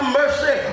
mercy